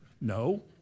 No